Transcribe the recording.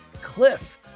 cliff